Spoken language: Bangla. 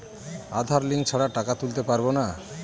আধার লিঙ্ক ছাড়া টাকা তুলতে পারব না?